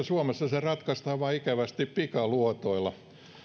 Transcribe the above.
suomessa ratkaistaan vain ikävästi pikaluotoilla